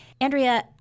Andrea